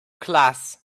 class